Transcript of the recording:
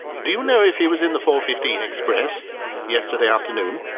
do you know if he was in the four fifteen express yesterday afternoon?